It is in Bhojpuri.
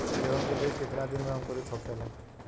गेहूँ के बिज कितना दिन में अंकुरित होखेला?